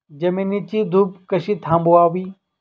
जमिनीची धूप कशी थांबवावी?